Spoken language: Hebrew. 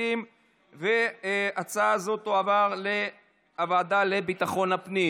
ההצעה להעביר את הצעת חוק לתיקון פקודת